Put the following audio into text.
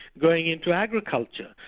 going into agriculture,